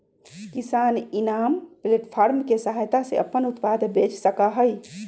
किसान eNAM platform के सहायता से अपन उत्पाद बेच सका हई